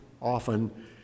often